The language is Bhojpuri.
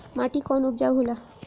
माटी कौन उपजाऊ होला?